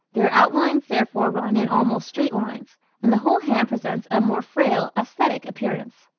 their outlines therefore run in almost straight lines and the whole hand presents a more frail, aesthetic appearance.